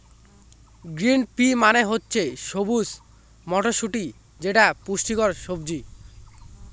green pea মানে হচ্ছে সবুজ মটরশুটি যেটা পুষ্টিকর সবজি